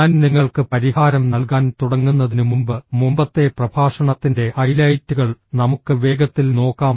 ഞാൻ നിങ്ങൾക്ക് പരിഹാരം നൽകാൻ തുടങ്ങുന്നതിനുമുമ്പ് മുമ്പത്തെ പ്രഭാഷണത്തിന്റെ ഹൈലൈറ്റുകൾ നമുക്ക് വേഗത്തിൽ നോക്കാം